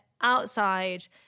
outside